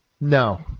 No